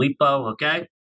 okay